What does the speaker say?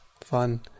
Fun